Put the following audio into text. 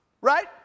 right